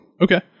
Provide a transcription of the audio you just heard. okay